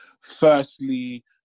firstly